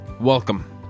welcome